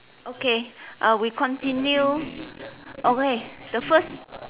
okay uh we continue okay the first